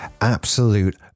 absolute